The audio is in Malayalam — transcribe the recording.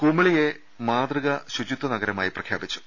കുമളിയെ മാതൃകാ ശുചിത്വ നഗരമായി പ്രഖ്യാപിച്ചു